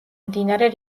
მდინარე